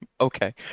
Okay